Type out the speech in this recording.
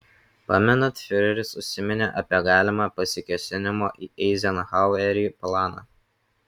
pamenat fiureris užsiminė apie galimą pasikėsinimo į eizenhauerį planą